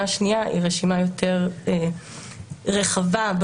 רשימה רחבה מאוד,